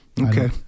Okay